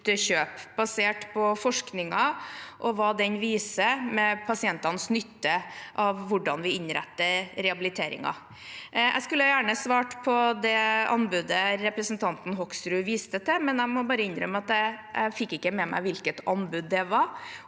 basert på forskningen og hva den viser med tanke på pasientenes nytte av hvordan vi innretter rehabiliteringen. Jeg skulle gjerne svart på det anbudet representanten Hoksrud viste til, men jeg må bare innrømme at jeg ikke fikk med meg hvilket anbud det var,